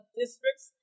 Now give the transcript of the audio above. districts